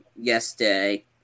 yesterday